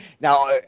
Now